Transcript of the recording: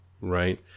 right